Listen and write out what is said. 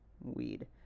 Weed